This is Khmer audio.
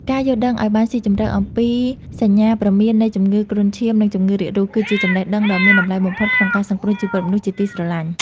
ការយល់ដឹងឱ្យបានស៊ីជម្រៅអំពីសញ្ញាព្រមាននៃជំងឺគ្រុនឈាម និងជំងឺរាករូស គឺជាចំណេះដឹងដ៏មានតម្លៃបំផុតក្នុងការសង្គ្រោះជីវិតមនុស្សជាទីស្រឡាញ់។